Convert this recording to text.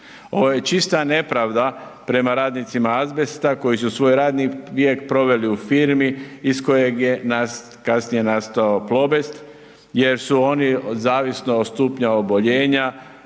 čista nepravda prema radnicima Azbesta koji su svoj radni vijek proveli u firmi iz kojeg je kasnije nastao Plobest, jer su oni zavisno od stupnja oboljenja